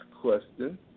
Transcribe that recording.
question